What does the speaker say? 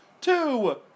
Two